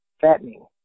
fattening